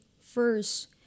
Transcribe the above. first